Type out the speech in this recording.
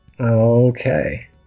Okay